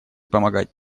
помогать